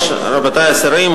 רבותי השרים,